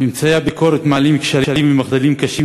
ממצאי הביקורת מעלים כשלים ומחדלים קשים